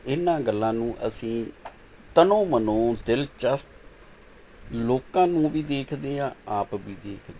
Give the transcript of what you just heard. ਇਹਨਾਂ ਗੱਲਾਂ ਨੂੰ ਅਸੀਂ ਤਨੋ ਮਨੋ ਦਿਲਚਸਪ ਲੋਕਾਂ ਨੂੰ ਵੀ ਦੇਖਦੇ ਹਾਂ ਆਪ ਵੀ ਦੇਖਦੇ ਨੇ